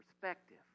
Perspective